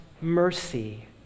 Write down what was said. mercy